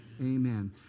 Amen